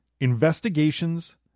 investigations